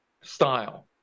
style